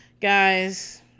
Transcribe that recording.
Guys